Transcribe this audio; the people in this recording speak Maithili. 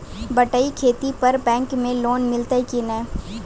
बटाई खेती पर बैंक मे लोन मिलतै कि नैय?